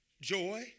joy